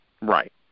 right